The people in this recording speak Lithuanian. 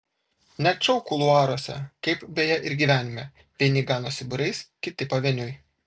net šou kuluaruose kaip beje ir gyvenime vieni ganosi būriais kiti pavieniui